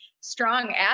strong